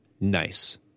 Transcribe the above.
nice